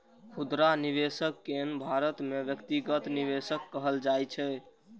खुदरा निवेशक कें भारत मे व्यक्तिगत निवेशक कहल जाइ छै